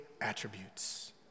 attributes